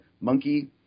monkey